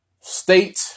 State